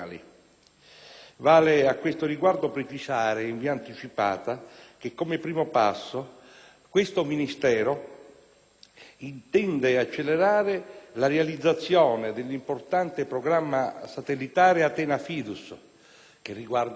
Vale a questo riguardo precisare, in via anticipata, che, come primo passo, questo Ministero intende accelerare la realizzazione dell'importante programma satellitare ATHENA-FIDUS (che riguarda